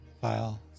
file